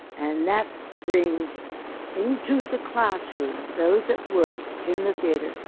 and that brings into the classrooms those that work in the theatre,